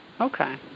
Okay